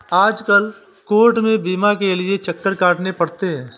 आजकल कोर्ट में बीमा के लिये चक्कर काटने पड़ते हैं